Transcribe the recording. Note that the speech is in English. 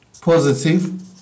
positive